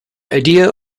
idea